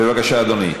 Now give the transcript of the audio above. בבקשה, אדוני.